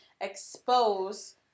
expose